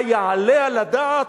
היעלה על הדעת?